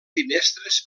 finestres